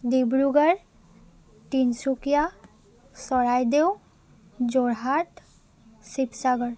Dibrugarh Tinsukia Charaideo Jorhat Sivasagar